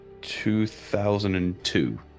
2002